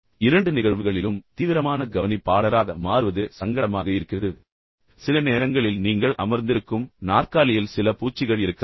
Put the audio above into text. எனவே இரண்டு நிகழ்வுகளிலும் தீவிரமான கவனிப்பாளராக மாறுவது சங்கடமாக இருக்கிறது சில நேரங்களில் நீங்கள் அமர்ந்திருக்கும் நாற்காலியில் சில பூச்சிகள் இருக்கலாம்